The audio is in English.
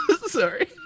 Sorry